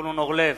זבולון אורלב,